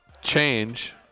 change